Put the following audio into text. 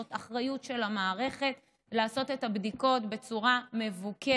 זאת אחריות של המערכת לעשות את הבדיקות בצורה מבוקרת,